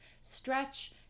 stretch